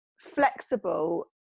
flexible